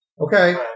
Okay